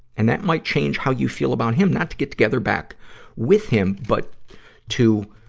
and that might change how you feel about him. not to get together back with him, but to,